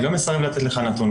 אני לא מסרב לתת לך נתון,